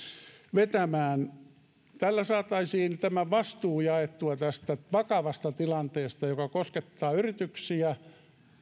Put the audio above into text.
vetämään tällä saataisiin vastuu jaettua tästä vakavasta tilanteesta joka koskettaa yrityksiä